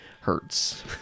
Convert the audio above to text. hurts